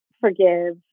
forgive